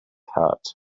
heart